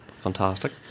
fantastic